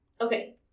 Okay